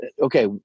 okay